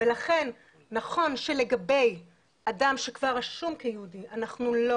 ולכן נכון שלגבי אדם שכבר רשום כיהודי אנחנו לא